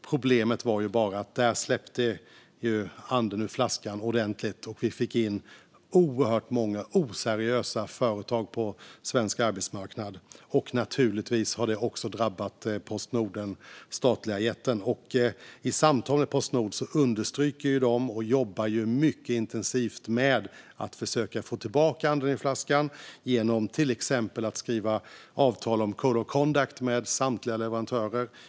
Problemet var bara att anden släpptes ut ur flaskan ordentligt, och vi fick in oerhört många oseriösa företag på svensk arbetsmarknad. Naturligtvis har detta också drabbat den statliga jätten Postnord. I samtal understryker Postnord detta, och de jobbar mycket intensivt med att försöka få tillbaka anden i flaskan, till exempel genom att skriva avtal om code of conduct med samtliga leverantörer.